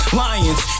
lions